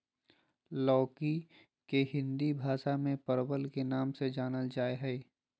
लौकी के हिंदी भाषा में परवल के नाम से जानल जाय हइ